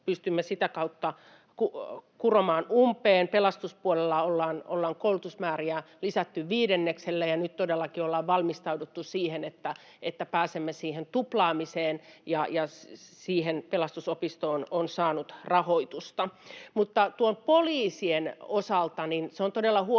vajetta sitä kautta kuromaan umpeen. Pelastuspuolella ollaan koulutusmääriä lisätty viidenneksellä ja nyt todellakin ollaan valmistauduttu siihen, että pääsemme siihen tuplaamiseen, ja siihen Pelastusopisto on saanut rahoitusta. Mutta poliisien osalta on todella huolestuttavaa,